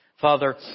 Father